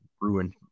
ruined